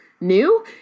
new